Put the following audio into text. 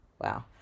Wow